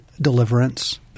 deliverance